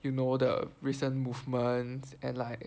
you know the recent movements and like